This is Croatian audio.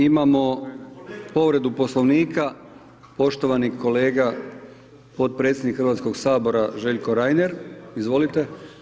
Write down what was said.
Imamo povredu poslovnika, poštovani kolega potpredsjednik Hrvatskog sabora, Željko Renier, izvolite.